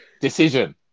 Decision